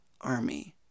army